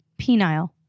Penile